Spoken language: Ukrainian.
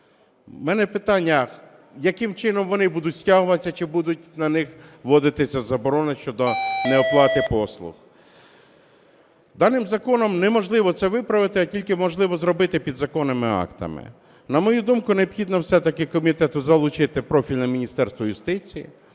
В мене питання, яким чином вони будуть стягуватися, чи будуть на них вводитися заборони щодо неоплати послуг. Даним законом неможливо це виправити, а тільки можливо зробити підзаконними актами. На мою думку, необхідно все-таки комітету залучити профільне Міністерство юстиції,